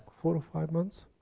four or five months?